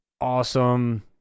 awesome